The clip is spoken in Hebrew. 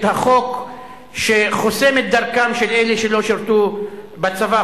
החוק שחוסם דרכם של אלה שלא שירתו בצבא,